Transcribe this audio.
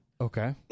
okay